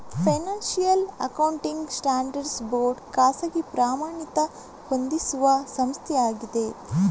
financial accounting standards board ಖಾಸಗಿ ಪ್ರಮಾಣಿತ ಹೊಂದಿಸುವ ಸಂಸ್ಥೆಯಾಗಿದೆ